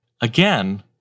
Again